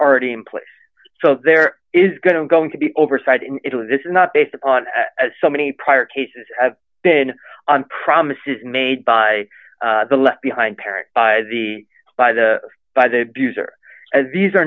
already in place so there is going to going to be oversight in italy this is not based upon as so many prior cases have been on promises made by the left behind parent by the by the by the abuser as these are